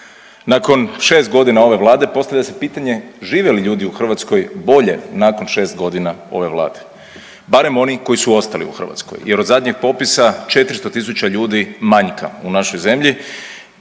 Nakon 6.g. ove vlade postavlja se pitanje žive li ljudi u Hrvatskoj bolje nakon 6.g. ove vlade, barem oni koji su ostali u Hrvatskoj jer od zadnjeg popisa 400 tisuća ljudi manjka u našoj zemlji